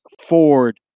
Ford